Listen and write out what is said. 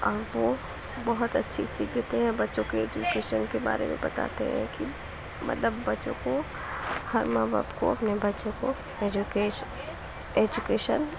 اور وہ بہت اچھی سیکھ دیتے ہیں بچوں کے ایجوکیشن کے بارے میں بتاتے ہیں کہ مطلب بچوں کو ہر ماں باپ کو اپنے بچوں کو ایجوکیشن ایجوکیشن